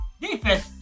Defense